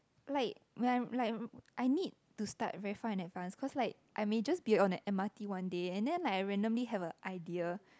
like when I like I need to start very far in advance cause like I may just be on a m_r_t one day and then I randomly have a idea